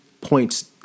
points